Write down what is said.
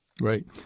Right